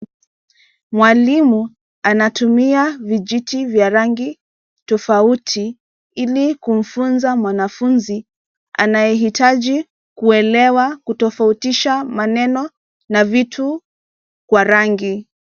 Mwalimu, anatumia vijiti vya rangi tofauti, ili kumfunza mwanafunzi, anayehitaji, kuelewa kutofautisha maneno, na vitu, kwa rangi.